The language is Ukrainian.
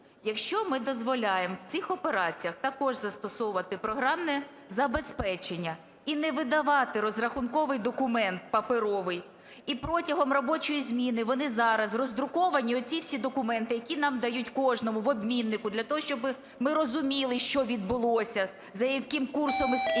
якщо ми дозволяємо в цих операціях також застосовувати програмне забезпечення і не видавати розрахунковий документ паперовий і протягом робочої зміни вони зараз роздруковані оці всі документи, які нам дають кожному в обміннику для того, щоб ми розуміли, що відбулося, за яким курсом і